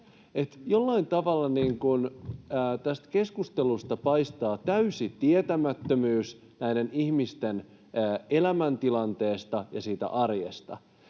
Jollain tavalla tästä keskustelusta paistaa täysi tietämättömyys näiden ihmisten elämäntilanteesta ja siitä arjesta.